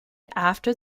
after